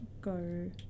go